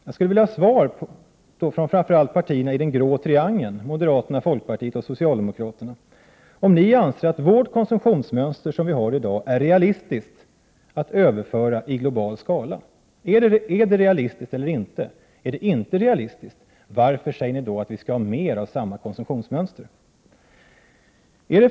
Jag skulle vilja få ett svar från framför allt de tre partierna i den grå triangeln, moderaterna, folkpartiet och socialdemokraterna, om ni anser att vårt konsumtionsmönster är realistiskt att överföra i global skala. Är det realistiskt eller inte? Om inte, varför säger ni då att vi skall ha mer av samma konsumtionsmönster?